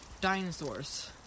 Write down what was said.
dinosaurs